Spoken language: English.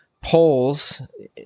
polls